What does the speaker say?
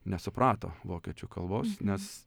nesuprato vokiečių kalbos nes